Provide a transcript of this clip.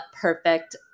perfect